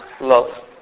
love